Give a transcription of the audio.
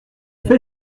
fait